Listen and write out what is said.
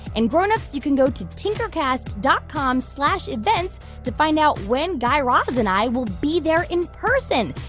and grown-ups, you can go to tinkercast dot com slash events to find out when guy raz and i will be there in person,